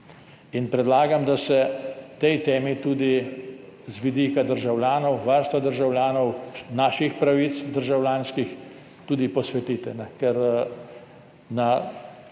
In predlagam, da se tej temi, tudi z vidika državljanov, varstva državljanov, naših državljanskih pravic, tudi posvetite. Če se